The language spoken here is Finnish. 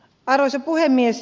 arvoisa puhemies